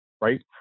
right